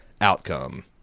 outcome